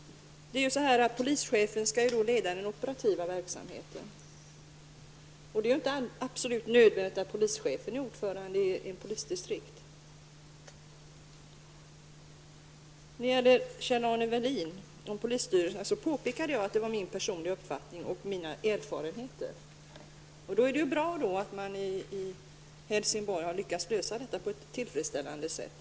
Polischefen skall leda operativa verksamheten, och det är inte absolut nödvändigt att polischefen är ordförande i ett polisdistrikt. När det gäller det som Kjell-Arne Welin sade om polisstyrelserna, påpekade jag att detta var min personliga uppfattning och mina erfarenheter. Det är bra att man i Helsingborg har lyckats lösa detta på ett tillfredsställande sätt.